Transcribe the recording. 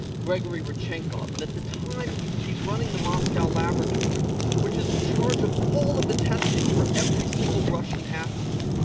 grigory rodchenkov and at the time he's running the moscow laboratory which is in charge of all of the testing for every single russian athlete.